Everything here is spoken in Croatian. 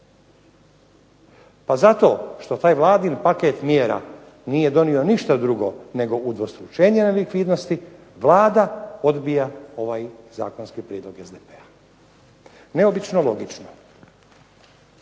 Pa zato što taj Vladin paket mjera nije donio ništa drugo nego udvostručenje nelikvidnosti Vlada odbija ovaj zakonski prijedlog SDP-a. Neobično logično.